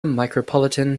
micropolitan